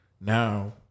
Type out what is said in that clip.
now